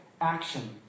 action